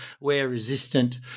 wear-resistant